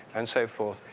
and so forth,